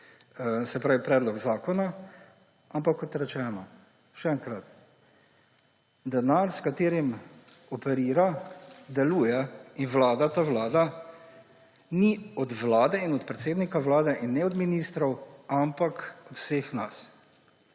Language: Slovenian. podprli predlog zakona, ampak kot rečeno še enkrat, denar, s katerim operira, deluje in vlada ta vlada, ni od vlade in od predsednika vlade in ne od ministrov, ampak od vseh nas.